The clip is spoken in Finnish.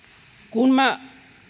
kun minä